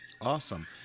awesome